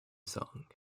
song